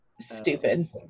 Stupid